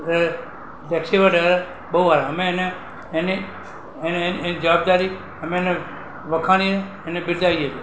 એ taxi વાળા driver બહુ સારા અમે એને એની એની એની જવાબદારી અમે એને વખાણીએ એને બિરદાવીએ છીએ